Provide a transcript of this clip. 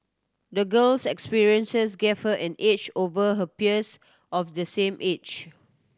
the girl's experiences gave her an edge over her peers of the same age